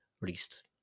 released